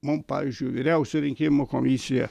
mum pavyzdžiui vyriausioji rinkimų komisija